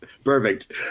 Perfect